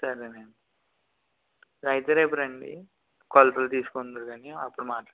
సరేనండి అయితే రేపు రండి కొలతలు తీసుకుందురు కానీ అప్పుడు మాట్లాడదాము